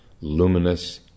luminous